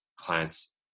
clients